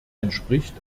entspricht